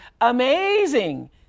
Amazing